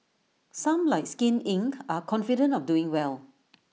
some like skin Inc are confident of doing well